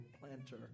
planter